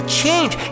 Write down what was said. change